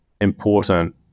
important